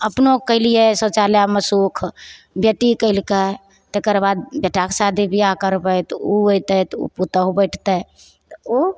अपनो कैलियै शौचालयमे सुख बेटी कयलकै तेकरबाद बेटाक शादी बिआह करबै तऽ ओ अइतै तऽ ओ पुतहु बैठतै तऽ ओ